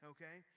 Okay